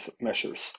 measures